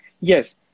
Yes